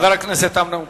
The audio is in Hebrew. חבר הכנסת אמנון כהן.